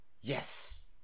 Yes